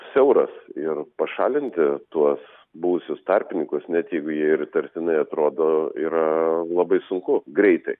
siauras ir pašalinti tuos buvusius tarpininkus net jeigu jie ir įtartinai atrodo yra labai sunku greitai